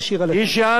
"והיא שעמדה",